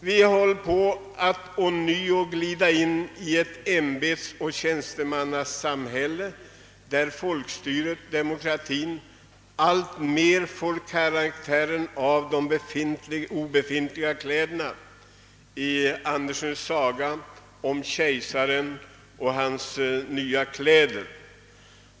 Vi håller på att ånyo glida in i ett ämbetsoch tjänstemannasamhälle där folkstyret — demokratin — alltmer får karaktären av de befintliga eller obefintliga kläderna i Andersens saga om kejsaren och hans nya kläder.